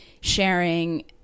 sharing